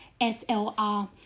SLR